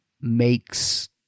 makes